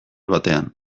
batean